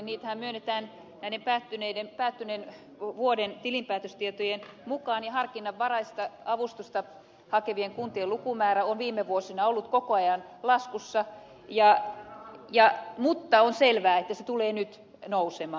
niitähän myönnetään näiden päättyneen vuoden tilinpäätöstietojen mukaan ja harkinnanvaraista avustusta hakevien kuntien lukumäärä on viime vuosina ollut koko ajan laskussa mutta on selvää että se tulee nyt nousemaan